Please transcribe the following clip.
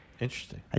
Interesting